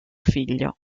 figlio